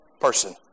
person